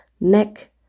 neck